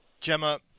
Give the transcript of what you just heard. Gemma